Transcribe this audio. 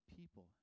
people